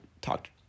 talked